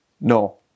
No